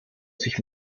sich